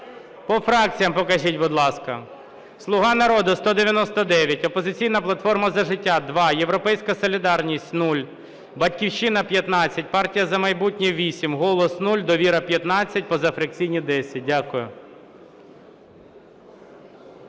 По фракціях покажіть, будь ласка. "Слуга народу" – 199, "Опозиційна платформа – За життя" – 2, "Європейська солідарність" – 0, "Батьківщина" – 15, "Партія "За майбутнє" – 8, "Голос" – 0, "Довіра" – 15, позафракційні – 10. Дякую.